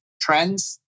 trends